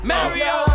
Mario